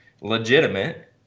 legitimate